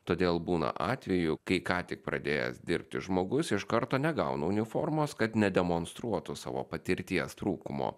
todėl būna atvejų kai ką tik pradėjęs dirbti žmogus iš karto negauna uniformos kad nedemonstruotų savo patirties trūkumo